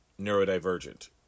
neurodivergent